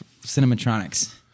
Cinematronics